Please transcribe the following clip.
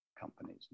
companies